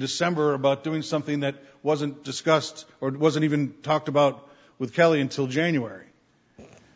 december about doing something that wasn't discussed or wasn't even talked about with kelly until january